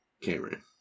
Cameron